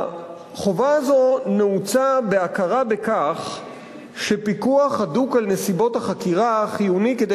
החובה הזאת נעוצה בהכרה בכך שפיקוח הדוק על נסיבות החקירה חיוני כדי